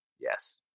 Yes